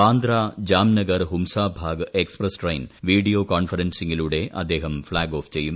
Bandra Jamnagar Humsafar express train video കോൺഫറൻസിങ്ങിലൂടെ അദ്ദേഹം flag off ചെയ്യും